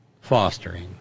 fostering